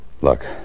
Look